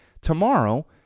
Tomorrow